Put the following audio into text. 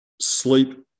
sleep